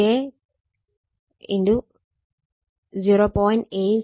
5 j 0